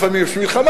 לפעמים יש מלחמה,